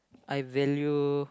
I value